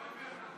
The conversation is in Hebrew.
בבקשה